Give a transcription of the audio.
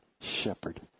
shepherd